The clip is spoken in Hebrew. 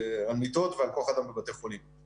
ועל כוח אדם בבתי חולים,